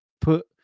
put